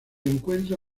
encuentra